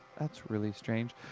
that's really strange.